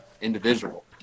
individual